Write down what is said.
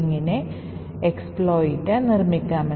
ഇതിനെ data execution prevention എന്ന് വിളിക്കുന്നു